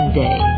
day